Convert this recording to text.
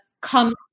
come